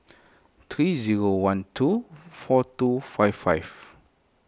three zero one two four two five five